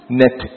net